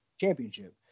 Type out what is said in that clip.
championship